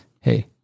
Hey